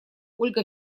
ольга